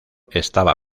estaba